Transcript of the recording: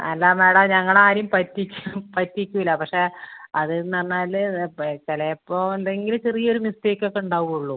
അതാ മേഡം ഞങ്ങളാരെയും പറ്റിക്കു പറ്റിക്കുകയില്ല പക്ഷേ അതെന്ന് പറഞ്ഞാല് ഇപ്പം ചിലപ്പോൾ എന്തെങ്കിലും ചെറിയൊര് മിസ്റ്റേക്ക് ഒക്കെ ഉണ്ടാവുകയുള്ളു